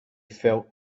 felt